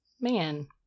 Man